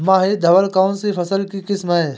माही धवल कौनसी फसल की किस्म है?